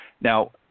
now